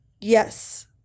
Yes